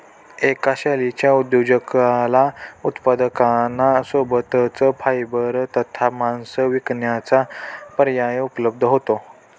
एका शेळीच्या उद्योजकाला उत्पादकांना सोबतच फायबर तथा मांस विकण्याचा पर्याय उपलब्ध होतो